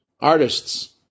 artists